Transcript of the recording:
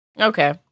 Okay